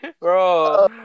Bro